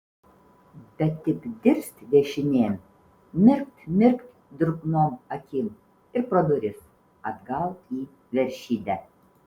bet tik dirst dešinėn mirkt mirkt drungnom akim ir pro duris atgal į veršidę